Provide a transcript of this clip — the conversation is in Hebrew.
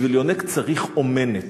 בשביל יונק צריך אומנת.